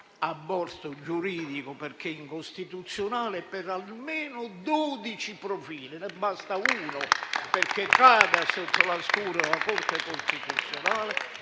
aborto giuridico perché incostituzionale per almeno dodici profili; ne basta uno perché cada sotto la scure della Corte costituzionale.